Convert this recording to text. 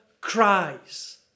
cries